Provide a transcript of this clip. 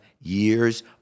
years